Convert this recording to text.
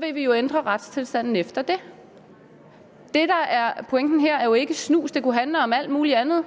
vil vi jo ændre retstilstanden efter det. Det, der er pointen her, er jo ikke snus. Det kunne handle om alt muligt andet;